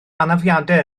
anafiadau